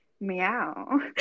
Meow